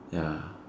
ya